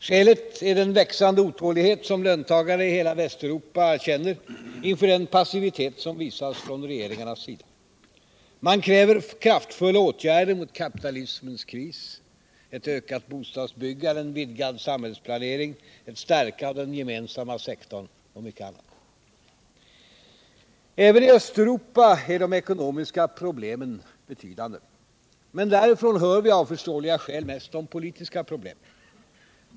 Skälet är den växande otålighet som löntagarna i hela Västeuropa känner inför den passivitet som visas från regeringarnas sida. Man kräver kraftfulla åtgärder mot kapitalismens kris — ett ökat bostadsbyggande, en vidgad samhällsplanering, ett stärkande av den gemensamma sektorn och mycket annat. Även i Östeuropa är de ekonomiska problemen betydande. Men därifrån hör vi av förståeliga skäl mest om politiska problem.